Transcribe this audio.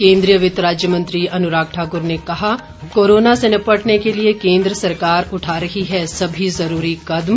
केन्द्रीय वित्त राज्य मंत्री अनुराग ठाकुर ने कहा कोरोना से निपटने के लिए केन्द्र सरकार उठा रही है सभी ज़रूरी कदम